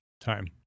Time